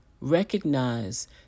recognize